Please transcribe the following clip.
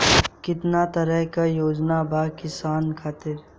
केतना तरह के योजना बा किसान खातिर?